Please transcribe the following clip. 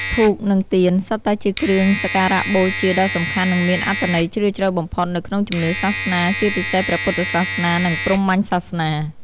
ធូប និងទៀន សុទ្ធតែជាគ្រឿងសក្ការបូជាដ៏សំខាន់ និងមានអត្ថន័យជ្រាលជ្រៅបំផុតនៅក្នុងជំនឿសាសនា ជាពិសេសព្រះពុទ្ធសាសនា និងព្រហ្មញ្ញសាសនា។